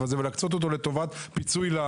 הזה ולהקצות אותו לטובת פיצוי ל...